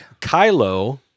Kylo